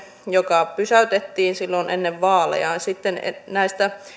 joka pysäytettiin silloin ennen vaaleja sitten näistä